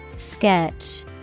Sketch